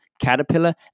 Caterpillar